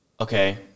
okay